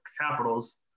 Capitals